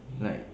like